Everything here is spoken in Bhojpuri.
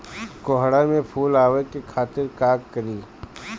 कोहड़ा में फुल आवे खातिर का करी?